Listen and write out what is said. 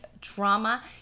drama